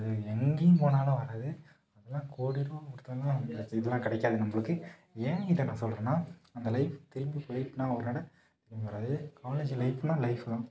வேற எங்கேயும் போனாலும் வராது அதெலாம் கோடி ரூபா கொடுத்தாலும் அந்த ச இதெலாம் கிடைக்காது நம்மளுக்கு ஏன் இதை நான் சொல்கிறேன்னா அந்த லைஃப் திரும்பி போயிட்டுன்னால் ஒரு நட திரும்பி வராது காலேஜு லைஃப்லாம் லைஃப் தான்